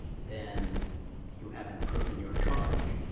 then you haven't proven your charge.